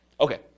Okay